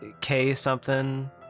K-something